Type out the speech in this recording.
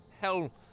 hell